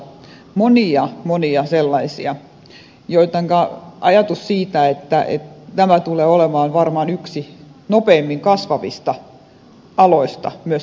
monia monia sellaisia joten tämä tulee olemaan varmaan yksi nopeimmin kasvavista aloista myöskin suomessa